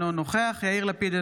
אינו נוכח יאיר לפיד,